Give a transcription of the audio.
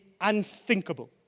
unthinkable